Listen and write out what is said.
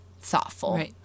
thoughtful